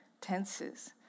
tenses